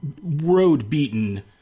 road-beaten